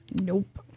Nope